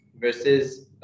versus